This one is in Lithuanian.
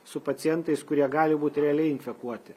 su pacientais kurie gali būt realiai infekuoti